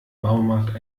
baumarkt